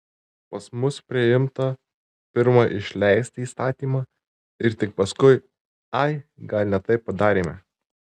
pas mus priimta pirma išleisti įstatymą ir tik paskui ai gal ne taip padarėme